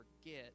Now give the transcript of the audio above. forget